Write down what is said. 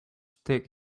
stick